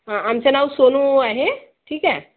हां आमचं नाव सोनू आहे ठीक आहे